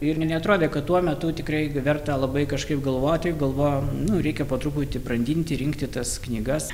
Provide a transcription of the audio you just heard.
irgi neatrodė kad tuo metu tikrai verta labai kažkaip galvoti galvoju nu reikia po truputį brandinti rinkti tas knygas